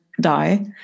die